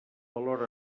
valor